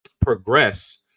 progress